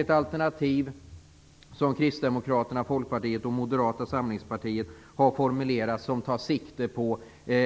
Ett alternativ som Kristdemokraterna, Folkpartiet och Moderata samlingspartiet har formulerat tar sikte på